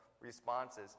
responses